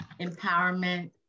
empowerment